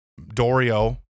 Dorio